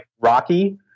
Rocky